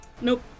Nope